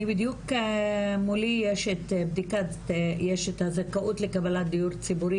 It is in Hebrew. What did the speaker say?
אני בדיוק מולי יש את בדיקת זכאות לקבלת דיור ציבורי,